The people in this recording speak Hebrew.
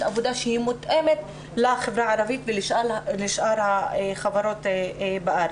עבודה מותאמת לחברה הערבית ולשאר החברות בארץ.